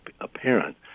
apparent